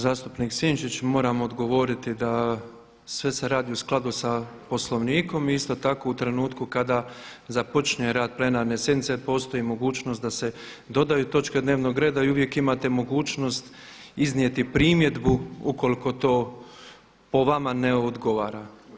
Zastupnik Sinčić moram odgovoriti da sve se radi u skladu sa Poslovnikom i isto tako u trenutku kada započinje rad plenarne sjednice postoji mogućnost da se dodaju točke dnevnog reda i uvijek imate mogućnost iznijeti primjedbu ukoliko to po vama ne odgovara.